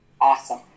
awesome